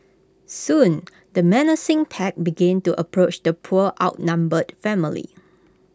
soon the menacing pack began to approach the poor outnumbered family